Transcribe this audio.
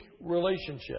relationship